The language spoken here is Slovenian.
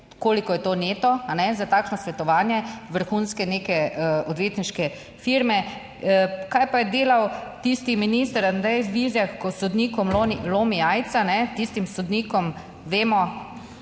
Koliko je to neto za takšno svetovanje vrhunske neke odvetniške firme? Kaj pa je delal tisti minister Andrej Vizjak, ko sodnikom lomi jajca, tistim sodnikom vemo,